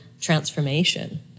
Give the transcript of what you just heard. transformation